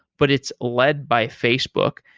but it's led by facebook.